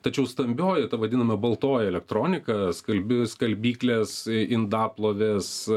tačiau stambioji ta vadinama baltoji elektronika skalbi skalbyklės indaplovės